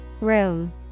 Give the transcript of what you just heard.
Room